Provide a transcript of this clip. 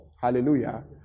Hallelujah